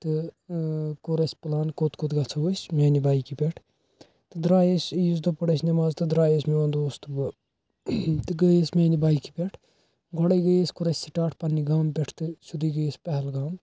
تہٕ کوٚر اسہِ پٕلان کوٚت کوٚت گَژھو أسۍ میٛانہ بایکہِ پٮ۪ٹھ تہٕ درٛاے أسۍ عیٖذ دۄہ پٔڑھ اسہِ نیٚماز تہٕ درٛاے أسۍ میٛون دوست تہٕ بہٕ تہٕ گٔے أسۍ میٛانہ بایکہِ پٮ۪ٹھ گۄڈٔے گٔے أسۍ کوٚر اسہِ سِٹارٹ پَننہِ گامہٕ پٮ۪ٹھہٕ تہٕ سیٛودُے گٔے أسۍ پہلگام